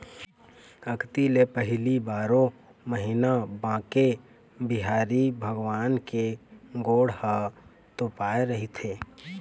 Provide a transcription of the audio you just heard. अक्ती ले पहिली बारो महिना बांके बिहारी भगवान के गोड़ ह तोपाए रहिथे